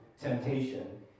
temptation